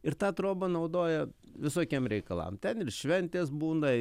ir tą trobą naudoja visokiem reikalam ten ir šventės būna